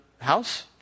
house